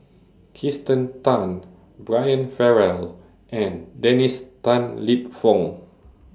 Kirsten Tan Brian Farrell and Dennis Tan Lip Fong